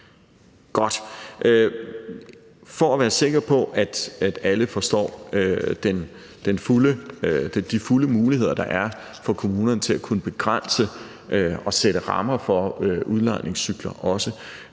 For at være sikker på, at alle forstår de fulde muligheder, der er for kommunerne til at kunne begrænse og sætte rammer for udlejningscykler, så